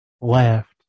left